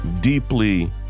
deeply